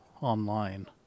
online